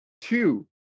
two